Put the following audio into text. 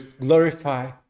glorify